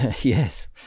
Yes